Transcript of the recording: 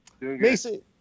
Mason